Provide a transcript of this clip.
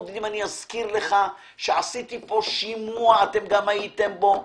אזכיר לך שעשיתי פה שימוע ואתם גם הייתם בו,